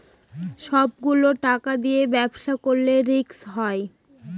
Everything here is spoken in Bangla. সব গুলো টাকা দিয়ে ব্যবসা করলে রিস্ক হয়